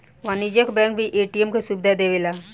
वाणिज्यिक बैंक भी ए.टी.एम के सुविधा देवेला